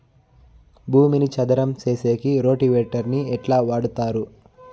భూమిని చదరం సేసేకి రోటివేటర్ ని ఎట్లా వాడుతారు?